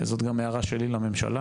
זאת גם הערה שלי לממשלה.